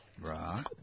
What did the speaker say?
Right